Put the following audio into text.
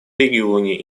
регионе